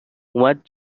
اومد